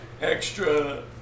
Extra